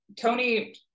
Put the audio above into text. tony